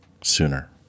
sooner